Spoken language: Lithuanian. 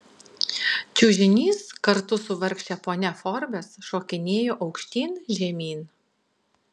čiužinys kartu su vargše ponia forbes šokinėjo aukštyn žemyn